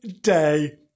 day